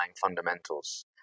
fundamentals